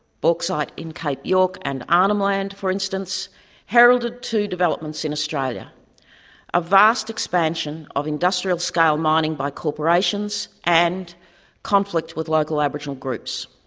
bauxite in cape york and arnhem land, for instance heralded two developments in australia a vast expansion of industrial scale mining by corporations and conflict with local aboriginal groups.